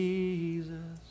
Jesus